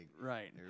right